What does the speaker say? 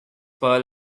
pearl